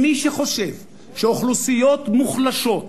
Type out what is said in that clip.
מי שחושב שאוכלוסיות מוחלשות,